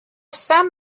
some